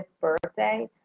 birthday